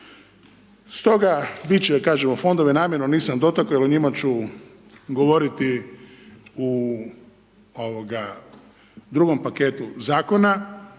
ne razumije./... fondove namjerno nisam dotakao jer o njima ću govoriti u drugom paketu zakona.